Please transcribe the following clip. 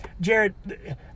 Jared